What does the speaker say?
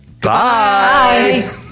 Bye